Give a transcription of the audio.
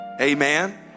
Amen